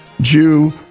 Jew